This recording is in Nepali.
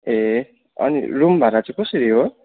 ए अनि रुम भारा चाहिँ कसरी हो